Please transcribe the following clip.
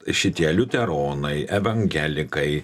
šitie liuteronai evangelikai